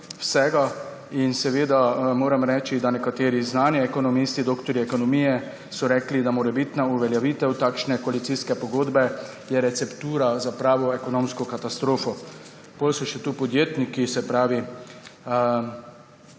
vsega. Moram reči, da so nekateri znani ekonomisti, doktorji ekonomije rekli, da je morebitna uveljavitev takšne koalicijske pogodbe receptura za pravo ekonomsko katastrofo. Potem so tu še podjetniki, se pravi